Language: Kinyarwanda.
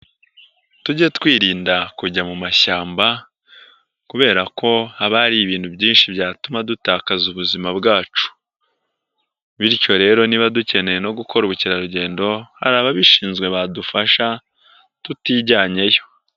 Tujye twirinda kujya mu mashyamba kubera ko haba hari ibintu byinshi byatuma dutakaza ubuzima bwacu, bityo rero niba dukeneye no gukora ubukerarugendo hari ababishinzwe badufasha tutijyanyeyo.